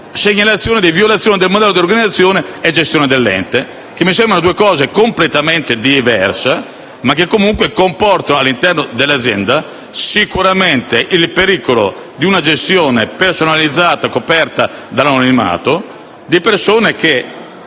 segnalazione di violazioni del modello di organizzazione e gestione dell'ente, che mi sembrano due cose completamente diverse, ma che sicuramente comportano, all'interno dell'azienda, il pericolo di una gestione personalizzata, coperta dall'anonimato. Vi è il rischio